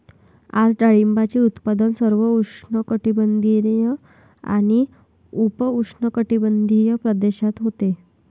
आज डाळिंबाचे उत्पादन सर्व उष्णकटिबंधीय आणि उपउष्णकटिबंधीय प्रदेशात होते